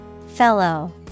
Fellow